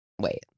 Wait